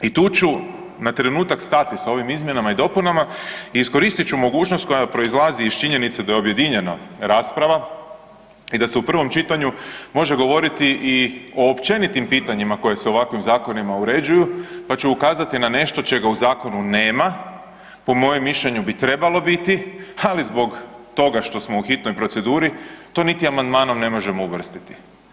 I tu ću na trenutak stati sa ovim izmjenama i dopunama i iskoristit ću mogućnost koja proizlazi iz činjenice da je objedinjeno rasprava i da se u prvom čitanju može govoriti i o općenitim pitanjima koje se ovakvim zakonima uređuju pa ću ukazati na nešto čega u zakonu nema, po mojem mišljenju bi trebalo biti, ali zbog toga što smo u hitnoj proceduri, to niti amandmanom ne možemo uvrstiti.